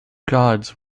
gods